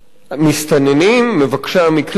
המסתננים, מבקשי המקלט,